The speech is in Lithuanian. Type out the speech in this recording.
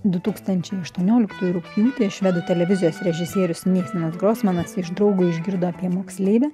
du tūkstančiai aštuonioliktųjų rugpjūtį švedų televizijos režisierius neitenas grosmanas iš draugo išgirdo apie moksleivę